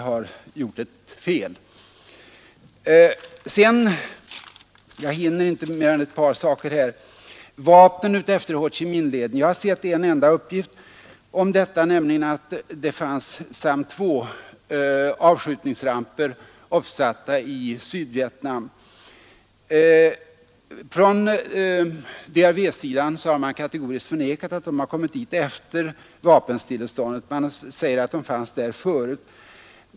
Vad gäller frågan om vapen utefter Ho Chi-minh-leden — jag hinner tyvärr inte med mer än detta — har jag sett en enda anklagelse om detta, nämligen att man sett avskjutningsramper för SAM-2 uppsatta i Sydvietnam. Från DRV-sidan har man kategoriskt förnekat att dessa kommit dit efter vapenstilleståndet; man säger att de fanns där förut.